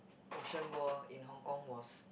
Ocean World in Hong-Kong was